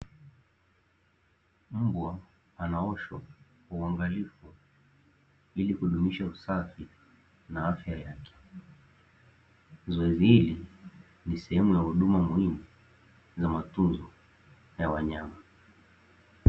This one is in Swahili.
Mbwa anaoshwa kwa uangalifu ili kudumisha usafi na afya yake. Zoezi hili ni sehemu ya huduma muhimu za matunzo ya wanyama.